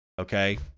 okay